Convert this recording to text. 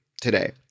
today